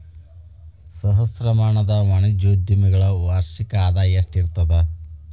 ಸಹಸ್ರಮಾನದ ವಾಣಿಜ್ಯೋದ್ಯಮಿಗಳ ವರ್ಷಕ್ಕ ಆದಾಯ ಎಷ್ಟಿರತದ